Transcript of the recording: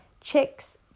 chicks